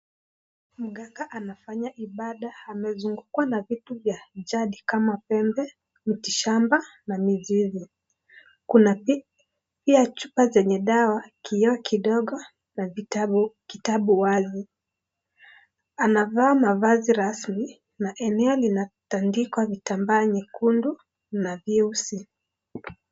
Mganga anafanya ibada. Anazungukwa na vitu vya jadi kama pembe, miti shamba na mizizi. Kuna pia chupa zenye dawa, kioo kidogo na vitabu, kitabu wazi. Anavaa mavazi rasmi na eneo linatandikwa vitambaa nyekundu na vyeusi.